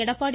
Edappadi